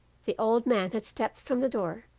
the old man had stepped from the door,